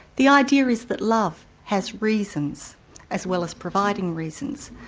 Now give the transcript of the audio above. the idea is that love has reasons as well as providing reasons,